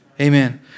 Amen